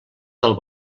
del